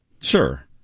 Sure